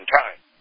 time